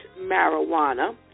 marijuana